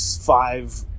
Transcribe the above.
five